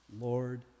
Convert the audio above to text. Lord